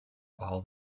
all